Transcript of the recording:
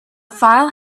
file